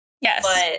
Yes